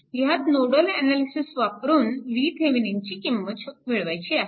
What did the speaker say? ह्यात nodal analysis वापरून VTheveninची किंमत मिळवायची आहे